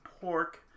pork